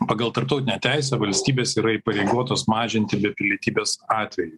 pagal tarptautinę teisę valstybės yra įpareigotos mažinti be pilietybės atvejui